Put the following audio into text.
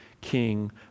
king